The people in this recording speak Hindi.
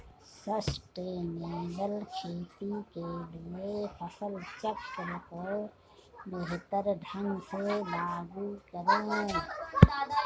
सस्टेनेबल खेती के लिए फसल चक्र को बेहतर ढंग से लागू करें